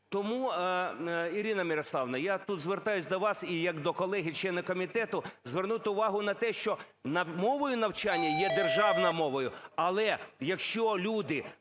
Тому, Ірина Мирославівна, я тут звертаюсь до вас і як до колеги члена комітету звернути увагу на те, що мовою навчання є державна мова, але якщо люди,